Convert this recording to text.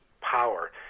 power